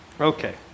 Okay